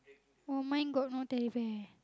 [oh]-my-God no Teddy Bear